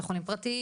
בתי חולים פרטיים,